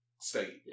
state